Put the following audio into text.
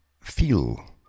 feel